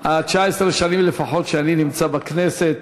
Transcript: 19 השנים, לפחות, שאני נמצא בכנסת.